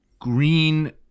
green